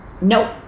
Nope